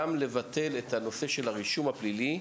גם לבטל את הנושא של הרישום הפלילי.